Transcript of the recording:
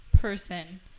person